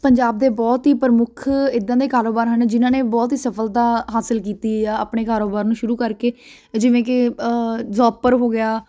ਪੰਜਾਬ ਦੇ ਬਹੁਤ ਹੀ ਪ੍ਰਮੁੱਖ ਇੱਦਾਂ ਦੇ ਕਾਰੋਬਾਰ ਹਨ ਜਿਹਨਾਂ ਨੇ ਬਹੁਤ ਹੀ ਸਫਲਤਾ ਹਾਸਿਲ ਕੀਤੀ ਆ ਆਪਣੇ ਕਾਰੋਬਾਰ ਨੂੰ ਸ਼ੁਰੂ ਕਰਕੇ ਜਿਵੇਂ ਕਿ ਜ਼ੋਪਰ ਹੋ ਗਿਆ